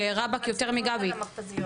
ובראבק יותר מגבי.